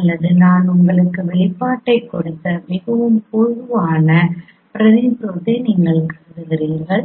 அல்லது நான் உங்களுக்கு வெளிப்பாட்டைக் கொடுத்த மிகவும் பொதுவான பிரதிநிதித்துவத்தை நீங்கள் கருதுகிறீர்கள்